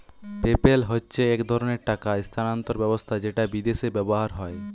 PayPal হচ্ছে এক ধরণের টাকা স্থানান্তর ব্যবস্থা যেটা বিদেশে ব্যবহার হয়